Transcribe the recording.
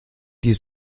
die